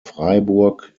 freiburg